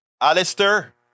Alistair